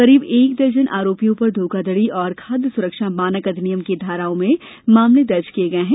करीब एक दर्जन आरोपियों पर धोखाधड़ी और खाद्य सुरक्षा मानक अधिनियम की धाराओं में मामले दर्ज किए गए हैं